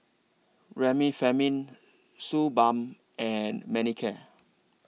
Remifemin Suu Balm and Manicare